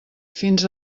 fins